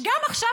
שגם עכשיו,